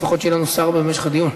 שיהיה לנו שר במשך הדיון.